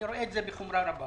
אני רואה את זה בחומרה רבה.